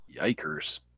Yikers